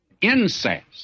incest